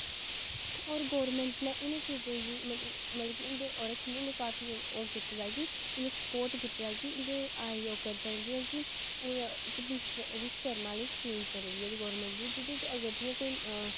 होर गौरमैंट ने इ'नें चीजें गी मतलब कि इं'दे पर ओह् रक्खी दी मतलब काफी ओह् कीते दा ऐ कि इ'यां स्पोर्ट कीता दा कि इं'दे ओह् आइयै करी सकन जियां कि इक विश्वकर्मा बिशकर्मा आह्ली स्कीम चली दी ऐ गोरमैंट दी जेह्दे च जियां अगर कोई